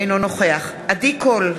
אינו נוכח עדי קול,